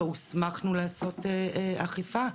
לא הוסמכנו לעשות אכיפה.